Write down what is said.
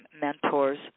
mentors